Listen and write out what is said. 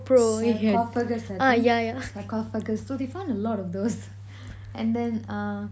sarcophaguses I think sarcophaguses so they found a lot of those and then uh